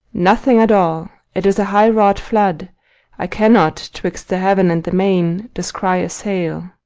nothing at all it is a high-wrought flood i cannot, twixt the heaven and the main, descry a sail.